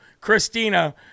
Christina